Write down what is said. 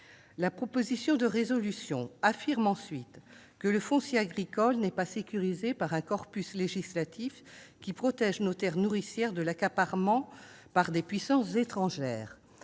la proposition de résolution affirment ensuite que « le foncier agricole n'est pas sécurisé par un corpus législatif qui protège nos terres nourricières de l'accaparement par des puissances étrangères